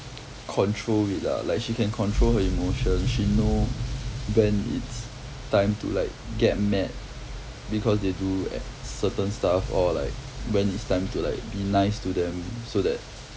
control it lah like she can control her emotion she know when it's time to like get mad because they do at certain stuff or like when it's time to like be nice to them so that